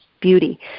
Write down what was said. beauty